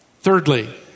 Thirdly